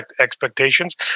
expectations